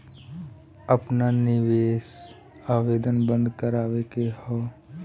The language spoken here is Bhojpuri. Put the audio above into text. आपन निवेश आवेदन बन्द करावे के हौ?